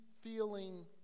feeling